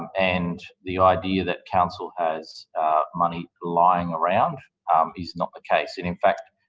and the idea that council has money lying around is not the case. in in fact,